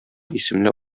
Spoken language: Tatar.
исемле